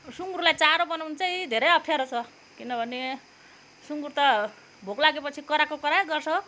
सुँगुरलाई चारो बनाउनु चाहिँ धेरै अप्ठ्यारो छ किनभने सुँगुर त भोक लागेपछि कराएको कराएकै गर्छ हो